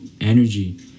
energy